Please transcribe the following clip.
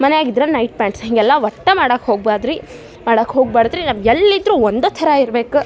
ಮನೆಗಿದ್ರ night pants ಹೀಗೆಲ್ಲ ಒಟ್ಟು ಮಾಡಕ್ಕೆ ಹೋಗ್ಬಾರ್ದು ರೀ ಮಾಡಕ್ಕೆ ಹೋಗ್ಬಾರ್ದ್ ರೀ ನಮ್ಗೆ ಎಲ್ಲಿದ್ರೂ ಒಂದೇ ಥರ ಇರಬೇಕು